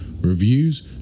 reviews